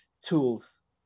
tools